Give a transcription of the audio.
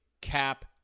cap